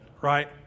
right